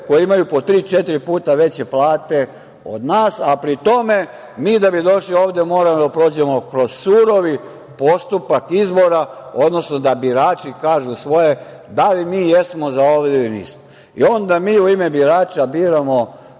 koji imaju po tri-četiri puta veće plate od nas, a pri tome mi da bi došli ovde moramo da prođemo kroz surovi postupak izbora, odnosno da birači kažu svoje da li mi jesmo za ovde ili nismo. Onda mi u ime birača biramo